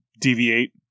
deviate